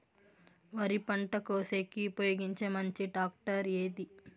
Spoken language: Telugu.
వరి పంట కోసేకి ఉపయోగించే మంచి టాక్టర్ ఏది?